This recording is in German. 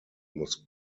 muss